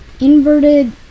Inverted